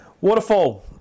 Waterfall